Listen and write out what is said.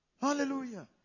Hallelujah